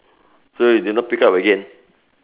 so you did not pick up again